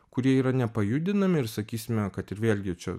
kurie yra nepajudinami ir sakysime kad ir vėlgi čia